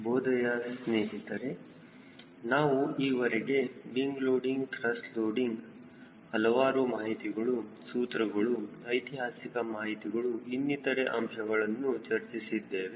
ಶುಭೋದಯ ಸ್ನೇಹಿತರೆ ನಾವು ಈವರೆಗೆ ವಿಂಗ್ ಲೋಡಿಂಗ್ ತ್ರಸ್ಟ್ ಲೋಡಿಂಗ್ ಹಲವಾರು ಮಾಹಿತಿಗಳು ಸೂತ್ರಗಳು ಐತಿಹಾಸಿಕ ಮಾಹಿತಿಗಳು ಇನ್ನಿತರೆ ಅಂಶಗಳನ್ನು ಚರ್ಚಿಸಿದ್ದೇವೆ